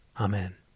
Amen